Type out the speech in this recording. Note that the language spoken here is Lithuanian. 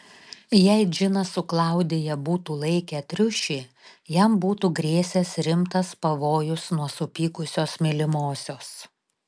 jei džinas su klaudija būtų laikę triušį jam būtų grėsęs rimtas pavojus nuo supykusios mylimosios